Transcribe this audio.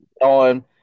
on